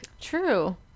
True